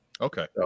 Okay